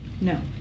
No